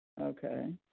Okay